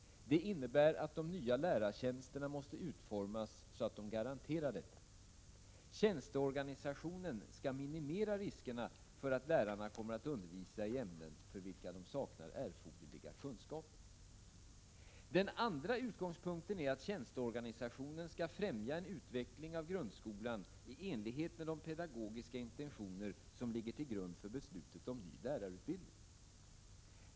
Det innebär att de nya lärartjänsterna måste utformas så att de garanterar detta. Tjänsteorganisationen skall minimera riskerna för att lärarna kommer att undervisa i ämnen, för vilka de saknar erforderliga kunskaper. Den andra utgångspunkten är att tjänsteorganisationen skall främja en utveckling av grundskolan i enlighet med de pedagogiska intentioner som ligger till grund för beslutet om ny lärarutbildning.